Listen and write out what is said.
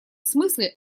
смысле